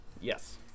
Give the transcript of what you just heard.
Yes